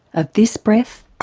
of this breath,